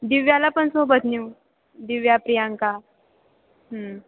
दिव्याला पण सोबत नेऊ दिव्या प्रियांका